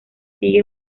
sigue